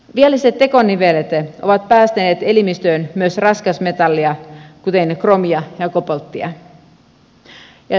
vialliset tekonivelet ovat päästäneet elimistöön myös raskasmetallia kuten kromia ja kobolttia